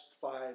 five